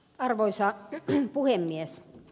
arvoisa puhemies